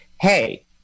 hey